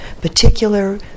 particular